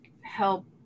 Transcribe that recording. help